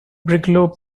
brigalow